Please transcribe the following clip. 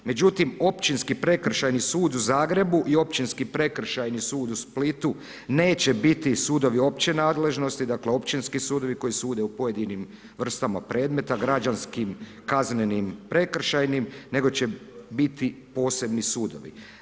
Međutim, općinski prekršajni sud u Zagrebu i općinski prekršajni sud u Splitu neće biti sudovi opće nadležnosti, dakle općinski sudovi koji sude u pojedinim vrstama predmeta, građanskim, kaznenim, prekršajnim, nego će biti posebni sudovi.